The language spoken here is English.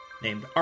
named